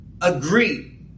agree